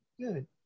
Good